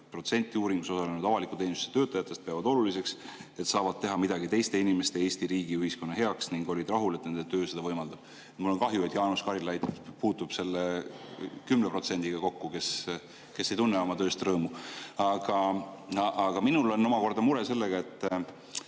et 90% uuringus osalenud avaliku teenistuse töötajatest peavad oluliseks, et nad saavad teha midagi teiste inimeste, Eesti riigi või ühiskonna heaks, ning on rahul, et nende töö seda võimaldab. Mul on kahju, et Jaanus Karilaid puutub kokku selle 10%‑ga, kes ei tunne oma tööst rõõmu. Aga minul on omakorda mure selle